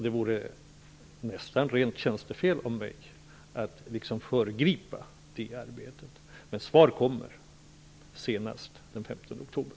Det vore nästan rent tjänstefel av mig att föregripa det arbetet. Svar kommer senast den 15 oktober.